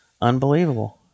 unbelievable